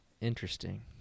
Interesting